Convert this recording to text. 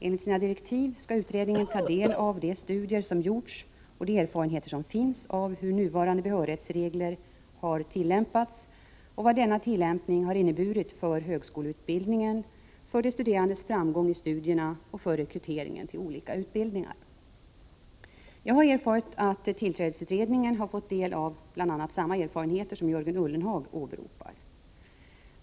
Enligt sina direktiv skall utredningen ta del av de studier som gjorts och de erfarenheter som finns av hur nuvarande behörighetsregler har tillämpats och vad denna tillämpning har inneburit för högskoleutbildningen, för de studerandes framgång i studierna och för rekryteringen till olika utbildningar. Jag har erfarit att tillträdesutredningen har fått del av bl.a. samma erfarenheter som Jörgen Ullenhag åberopar.